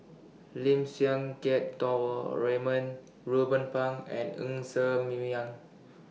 Lim Siang Keat Raymond Ruben Pang and Ng Ser